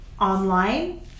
online